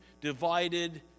divided